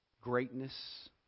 greatness